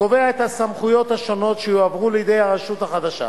קובע את הסמכויות שיועברו לידי הרשות החדשה,